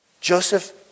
Joseph